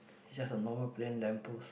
it's just a normal plain lamp post